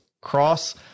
Cross